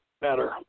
better